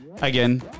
again